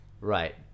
right